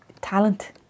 talent